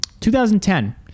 2010